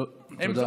טוב, תודה.